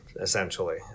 essentially